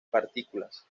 partículas